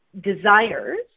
desires